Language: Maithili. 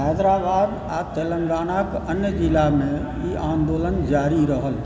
हैदराबाद आ तेलंगानाक अन्य जिलामे ई आन्दोलन जारी रहल